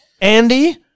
Andy